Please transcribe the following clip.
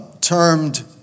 termed